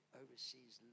overseas